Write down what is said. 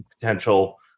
potential